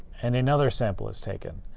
and another sample is taken.